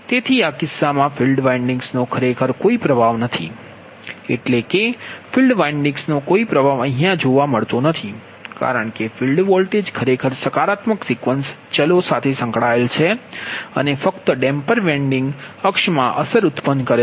તેથી આ કિસ્સામાં ફિલ્ડ વાઇંડિગ્નો ખરેખર કોઈ પ્રભાવ નથી એટલે કે ફિલ્ડ વાઇંડિગ્નો કોઈ પ્રભાવ નથી કારણ કે ફીલ્ડ વોલ્ટેજ ખરેખર સકારાત્મક સિક્વન્સ ચલો સાથે સંકળાયેલ છે અને ફક્ત ડેમ્પર વિન્ડિંગ અક્ષમાં અસર ઉત્પન્ન કરે છે